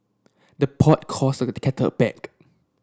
the pot calls the kettle back